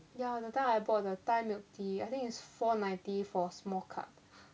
ya that time I bought the thai milk tea I think it's four ninety for small cup